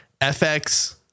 FX